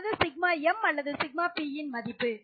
அதாவது σM அல்லது σP யின் மதிப்பு